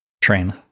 Train